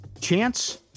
Chance